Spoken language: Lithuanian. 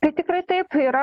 tai tikrai taip yra